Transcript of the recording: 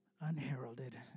unheralded